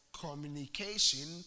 communication